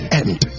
end